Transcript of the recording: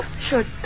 Sure